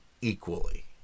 equally